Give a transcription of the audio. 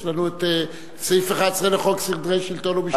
יש לנו את סעיף 11 לחוק סדרי שלטון ומשפט.